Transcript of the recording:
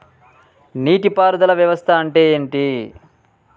నీటి పారుదల వ్యవస్థ అంటే ఏంటి?